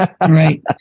right